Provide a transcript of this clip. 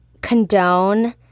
Condone